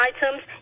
items